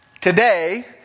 today